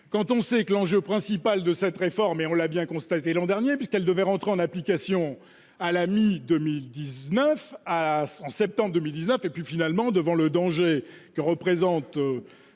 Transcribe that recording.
Quand on sait que l'enjeu principal de cette réforme et on l'a bien constaté l'an dernier, puisqu'elle devait entrer en application à la mi-2019 à 100 septembre 2019, et puis finalement devant le danger que représente,